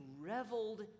reveled